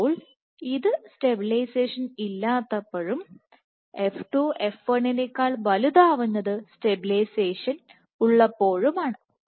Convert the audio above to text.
അപ്പോൾ ഇത് സ്റ്റെബിലൈസേഷൻ ഇല്ലാത്തപ്പോഴും f2 f1നേക്കാൾ വലുതാവുന്നത് സ്റ്റെബിലൈസേഷൻ ഉള്ളപ്പോഴും ആണ്